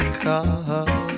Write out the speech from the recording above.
car